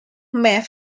map